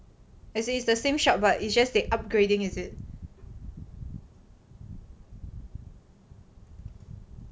as in it's the same shop but it's just they upgrading is it